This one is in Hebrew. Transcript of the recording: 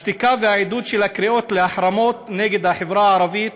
השתיקה והעידוד של הקריאות להחרמות נגד החברה הערבית,